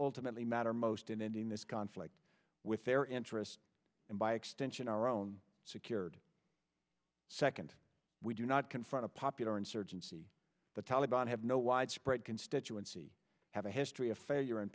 ultimately matter most in ending this conflict with their interests and by extension our own secured second we do not confront a popular insurgency the taliban have no widespread constituency have a history of failure in